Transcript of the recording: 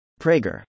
Prager